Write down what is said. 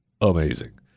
Amazing